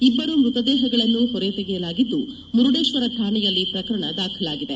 ಇಬ್ಬರ ಮೃತ ದೇಹಗಳನ್ನು ಹೊರತೆಗೆಯಲಾಗಿದ್ದು ಮುರುಡೇಶ್ವರ ಠಾಣೆಯಲ್ಲಿ ಪ್ರಕರಣ ದಾಖಲಾಗಿದೆ